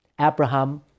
Abraham